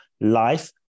life